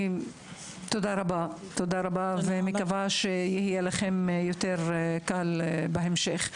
אני מקווה שיהיה לכם יותר קל בהמשך.